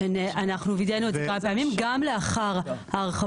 אנחנו וידאנו את זה כמה פעמים גם לאחר הרחבות